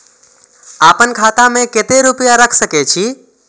आपन खाता में केते रूपया रख सके छी?